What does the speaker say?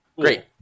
Great